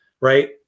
right